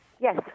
Yes